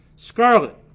Scarlet